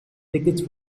tickets